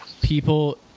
people